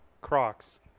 Crocs